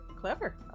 Clever